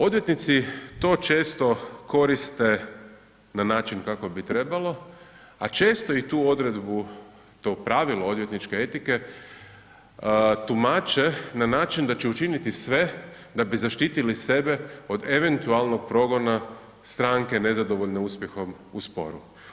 Odvjetnici to često koriste na način kako bi trebalo a često i tu odredbu, to pravilo odvjetničke etike, tumače na način da će učiniti sve da bi zaštitili sebe od eventualnog progona stranke nezadovoljne uspjehom u sporu.